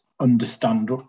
understand